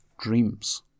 dreams